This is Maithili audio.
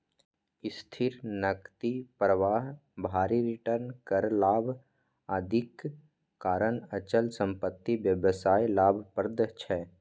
स्थिर नकदी प्रवाह, भारी रिटर्न, कर लाभ, आदिक कारण अचल संपत्ति व्यवसाय लाभप्रद छै